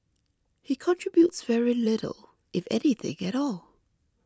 he contributes very little if anything at all